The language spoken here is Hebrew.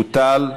בוטל?